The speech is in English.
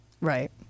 Right